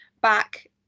back